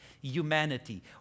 humanity